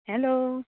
hello